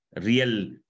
real